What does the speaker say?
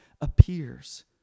appears